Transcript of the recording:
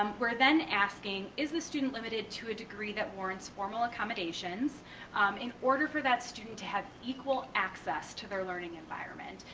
um we're then asking is the student limited to a degree that warrants formal accommodations in order for that student to have equal access to their learning environment?